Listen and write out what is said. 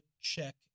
check